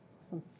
Awesome